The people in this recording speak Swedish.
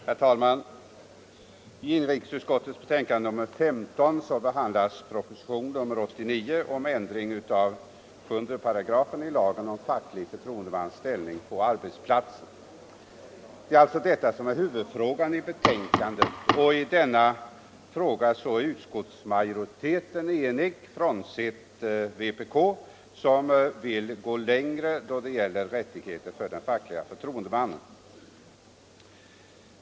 Herr talman! I inrikesutskottets betänkande nr 15 behandlas propositionen 89 om ändring av 7 § i lagen om facklig förtroendemans ställning på arbetsplatsen. Det är alltså huvudfrågan i betänkandet, och i denna fråga är utskottsmajoriteten enig frånsett vpk, som vill gå längre när det gäller rättigheter för den facklige förtroendemannen.